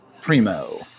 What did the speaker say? primo